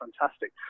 fantastic